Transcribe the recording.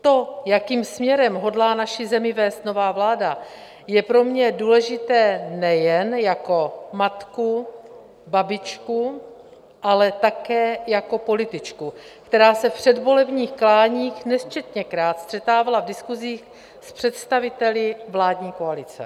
To, jakým směrem hodlá naši zemi vést nová vláda, je pro mě důležité nejen jako matku, babičku, ale také jako političku, která se v předvolebních kláních nesčetněkrát střetávala v diskusích s představiteli vládní koalice.